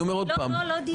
לא דיון.